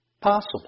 possible